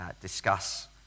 discuss